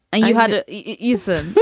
and you had to use it.